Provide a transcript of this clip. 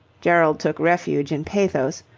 gerald took refuge in pathos.